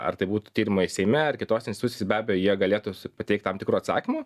ar tai būtų tyrimai seime ar kitose instusi be abejo jie pateikt tam tikrų atsakymų